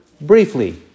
briefly